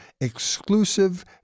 exclusive